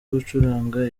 gucuranga